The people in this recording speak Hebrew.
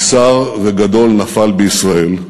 כי שר וגדול נפל בישראל,